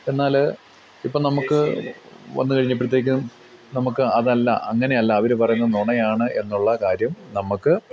എന്നാൽ ഇപ്പം നമുക്ക് വന്ന് കഴിഞ്ഞപ്പോഴത്തേക്കും നമുക്ക് അതല്ല അങ്ങനെയല്ല അവർ പറയുന്നത് നുണയാണ് എന്നുള്ള കാര്യം നമുക്ക്